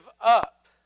up